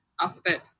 alphabet